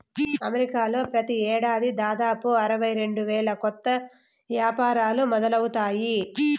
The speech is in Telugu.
అమెరికాలో ప్రతి ఏడాది దాదాపు అరవై రెండు వేల కొత్త యాపారాలు మొదలవుతాయి